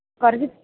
കുറച്ച്